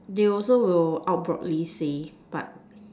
they also will out broadly say but